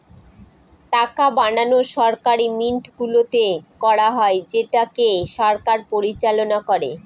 টাকা বানানো সরকারি মিন্টগুলোতে করা হয় যেটাকে সরকার পরিচালনা করে